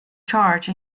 charge